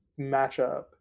matchup